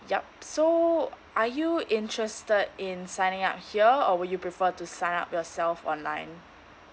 yup so are you interested in signing up here or would you prefer to sign up yourself online